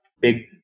big